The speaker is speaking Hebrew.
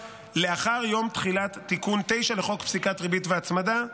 לאחר יום תחילת תיקון 9 לחוק פסיקת ריבית והצמדה,